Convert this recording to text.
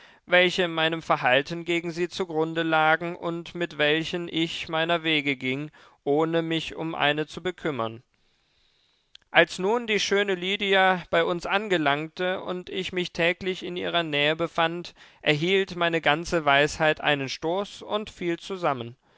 welche meinem verhalten gegen sie zugrunde lagen und mit welchen ich meiner wege ging ohne mich um eine zu bekümmern als nun die schöne lydia bei uns anlangte und ich mich täglich in ihrer nähe befand erhielt meine ganze weisheit einen stoß und fiel zusammen